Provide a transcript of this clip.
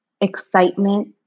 excitement